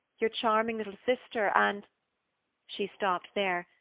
your charming little sister, and she stopped there,